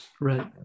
right